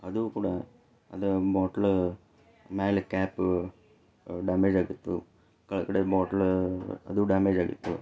ಅದೂ ಕೂಡ ಅದು ಬಾಟ್ಲ ಮೇಲೆ ಕ್ಯಾಪು ಡ್ಯಾಮೇಜ್ ಆಗಿತ್ತು ಕೆಳಗಡೆ ಬಾಟ್ಲ ಅದೂ ಡ್ಯಾಮೇಜ್ ಆಗಿತ್ತು